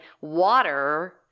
water